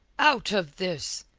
out of this!